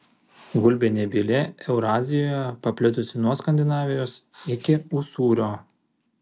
gulbė nebylė eurazijoje paplitusi nuo skandinavijos iki usūrio